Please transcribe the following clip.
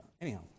anyhow